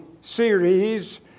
series